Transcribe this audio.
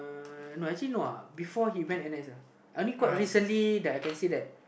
uh actually no uh before he went N_S ah only quite recently that I can say that